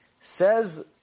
Says